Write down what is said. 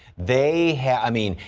they have i mean.